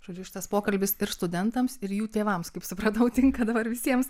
žodžiu šitas pokalbis ir studentams ir jų tėvams kaip supratau tinka dabar visiems